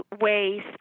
ways